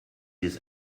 his